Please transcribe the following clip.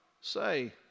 say